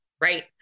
right